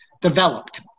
developed